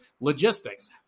logistics